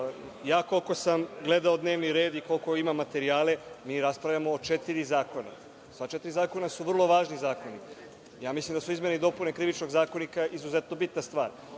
koliko sam gledao dnevni red i koliko imamo materijale, mi raspravljamo o četiri zakona. Sva četiri zakona su vrlo važni zakoni. Ja mislim da su izmene i dopune Krivičnog zakonika izuzetno bitne stvari.